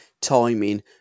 timing